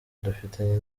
dufitanye